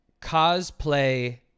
cosplay